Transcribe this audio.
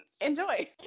enjoy